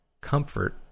comfort